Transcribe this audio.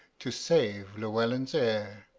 to save llewelyn's heir